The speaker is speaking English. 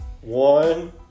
One